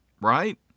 right